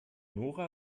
nora